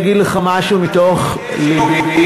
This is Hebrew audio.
אני אגיד לך משהו מתוך לבי,